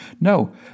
No